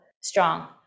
strong